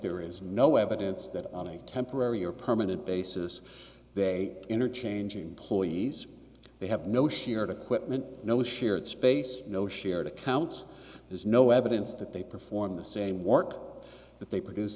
there is no evidence that on a temporary or permanent basis they interchanging ploy ease they have no shared equipment no shared space no shared accounts there's no evidence that they perform the same work but they produce